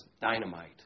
Dynamite